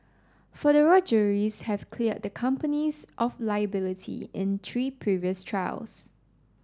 federal juries have cleared the companies of liability in three previous trials